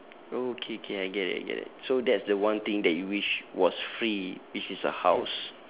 okay okay I get it I get it so that's the one thing that you wish was free which is a house